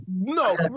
No